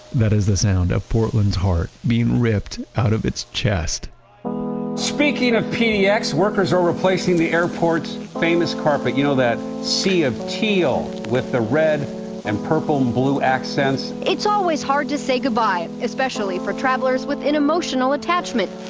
that is the sound of portland's heart being ripped out of its chest speaking of pdx, workers are replacing the airport's famous carpet. you know that sea of teal with the red and purple-blue accents? it's always hard to say goodbye, especially for travelers with an emotional attachment.